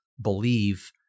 believe